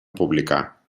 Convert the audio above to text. publicà